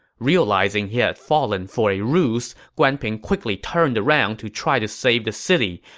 realizing he had fallen for a ruse, guan ping quickly turned around to try to save the city,